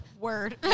Word